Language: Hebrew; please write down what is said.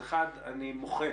אז אני מוחה